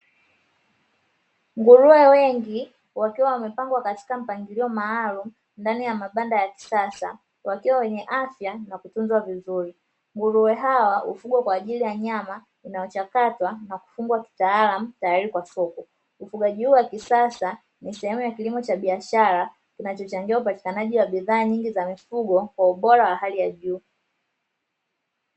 Nguruwe wengi wakiwa wamepangwa katika mpangilio maalum ndani ya mabanda ya kisasa wakiwa wenye afya na kutunzwa vizuri, nguruwe hawa ufugwa kwa ajili ya nyama inayochakatwa na kufungwa kitaalamu tayari kwa soko ufugaji huo wa kisasa ni sehemu ya kilimo cha biashara kinachochangiwa upatikanaji wa bidhaa nyingi za mifugo kwa ubora wa hali ya juu.